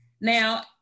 Now